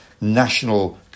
national